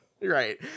right